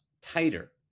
tighter